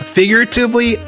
figuratively